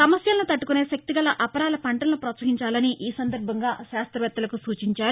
సమస్యలను తట్టుకునే శక్తి గల అపరాల పంటలను ప్రోత్సహించాలని ఈ సందర్భంగా శాస్తవేత్తలకు సూచించారు